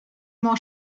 more